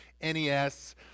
NES